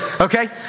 okay